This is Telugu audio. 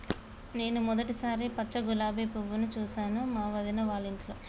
నేను మొదటిసారి పచ్చ గులాబీ పువ్వును చూసాను మా వదిన వాళ్ళింట్లో